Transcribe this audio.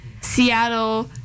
Seattle